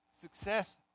success